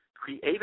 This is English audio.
Create